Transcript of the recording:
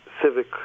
civic